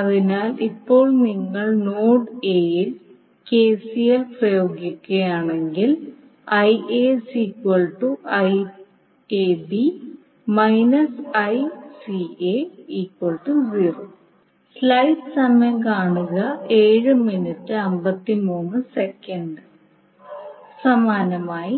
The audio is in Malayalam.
അതിനാൽ ഇപ്പോൾ നിങ്ങൾ നോഡ് എയിൽ കെസിഎൽ പ്രയോഗിക്കുകയാണെങ്കിൽ സമാനമായി